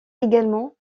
également